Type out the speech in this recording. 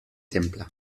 temple